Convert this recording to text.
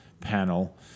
panel